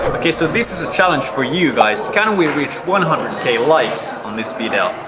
okay so this is a challenge for you guys can we reach one hundred k likes on this video?